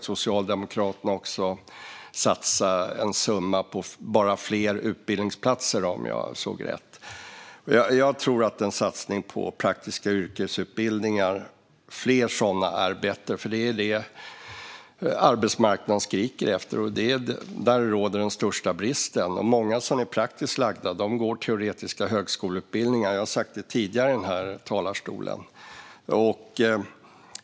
Socialdemokraterna satsar en summa på fler utbildningsplatser, om jag såg rätt. Jag tror att en satsning på fler praktiska yrkesutbildningar är bättre, för det är vad arbetsmarknaden skriker efter, och det är där den största bristen råder. Många som är praktiskt lagda går teoretiska högskoleutbildningar. Det har jag sagt förut i den här talarstolen.